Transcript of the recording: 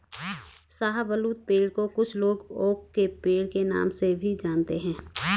शाहबलूत पेड़ को कुछ लोग ओक के पेड़ के नाम से भी जानते है